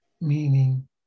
meaning